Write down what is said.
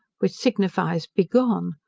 which signifies, begone,